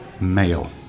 male